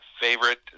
favorite